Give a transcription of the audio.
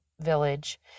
village